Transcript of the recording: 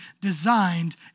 designed